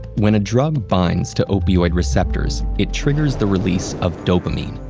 when a drug binds to opioid receptors, it triggers the release of dopamine,